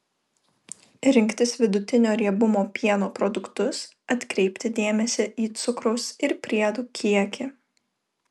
rinktis vidutinio riebumo pieno produktus atkreipti dėmesį į cukraus ir priedų kiekį